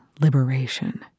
liberation